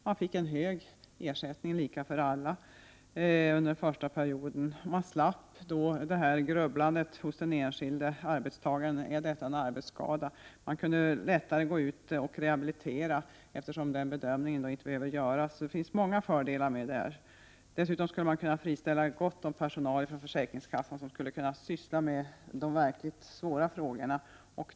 Man fick då en hög ersättning, lika för alla, under den första perioden och slapp detta grubblande hos den enskilde arbetstagaren: Är detta en arbetsskada? Man kunde lättare gå ut och rehabilitera, eftersom den bedömningen inte behövde göras. Det finns många fördelar. Dessutom skulle personal kunna friställas från försäkringskassorna, som skulle kunna syssla med de verkligt svåra frågorna.